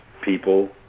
people